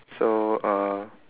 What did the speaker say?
so uh